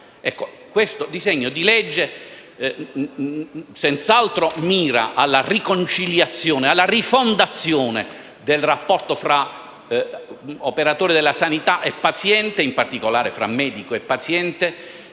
Questo disegno di legge senz'altro mira alla riconciliazione, alla rifondazione del rapporto tra operatore della sanità e paziente, in particolare tra medico e paziente;